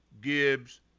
Gibbs